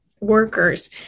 Workers